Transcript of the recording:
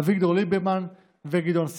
אביגדור ליברמן וגדעון סער.